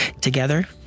Together